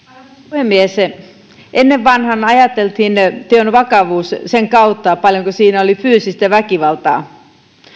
puhemies ennen vanhaan ajateltiin teon vakavuus sen kautta paljonko siinä oli fyysistä väkivaltaa